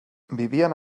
vivien